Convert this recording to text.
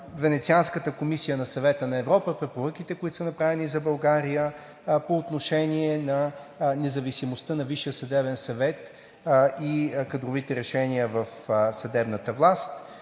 Венецианската комисия на Съвета на Европа, препоръките, които са направени за България, по отношение на независимостта на Висшия съдебен съвет и кадровите решения в съдебната власт.